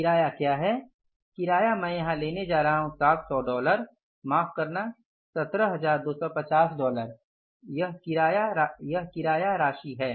किराया क्या है किराया मैं यहाँ ले जा रहा हूँ 700 डॉलर माफ करना 17250 डॉलर यह किराया राशि है